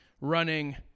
running